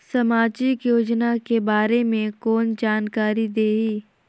समाजिक योजना के बारे मे कोन जानकारी देही?